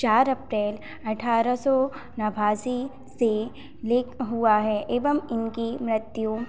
चार अप्रैल अट्ठारह सौ नवासी से लेक हुआ है एवं इनकी मृत्यु